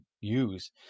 use